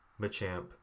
Machamp